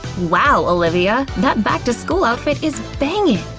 wow, olivia! that back-to-school outfit is bangin'!